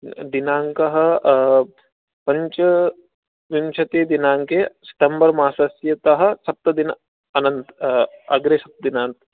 दिनाङ्कः पञ्चविंशतिदिनाङ्के सेप्टेम्बर् मासस्य तः सप्तदिन अन अग्रे सप्तदिनान्